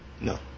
No